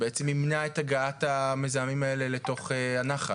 בעצם הוא יימנע את הגעת המזהמים האלה לתוך הנחל?